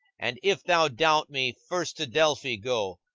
and if thou doubt me, first to delphi go,